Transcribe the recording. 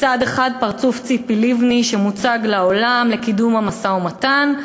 מצד אחד פרצוף ציפי לבני שמוצג לעולם לקידום המשא-ומתן,